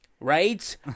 Right